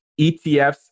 ETFs